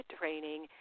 training